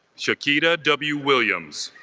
chiquita w. williams